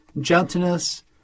gentleness